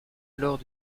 alors